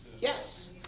Yes